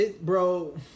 Bro